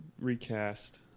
recast